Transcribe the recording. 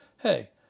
hey